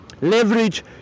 Leverage